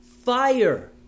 Fire